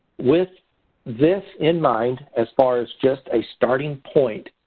with this in mind, as far as just a starting point,